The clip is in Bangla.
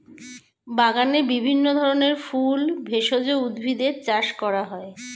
বাগানে বিভিন্ন ধরনের ফুল, ভেষজ উদ্ভিদের চাষ করা হয়